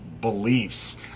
beliefs